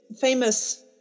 famous